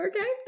okay